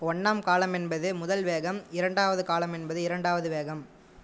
ஒன்றாம் காலம் என்பது முதல் வேகம் இரண்டாவது காலம் என்பது இரண்டாவது வேகம்